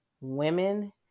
women